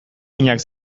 minak